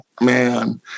man